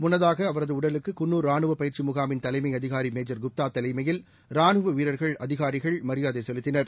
முன்னதாக அவரது உடலுக்கு குன்னூர் ரானுவ பயிற்சி முகாமின் தலைமை அதிகாரி மேஜர் குப்தா தலைமையில் ராணுவ வீரர்கள் அதிகாரிகள் மரியாதை செலுத்தினர்